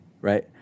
right